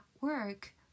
work